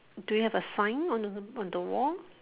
do you have a sign on on the wall